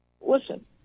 listen